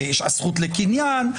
ויש הזכות לקניין.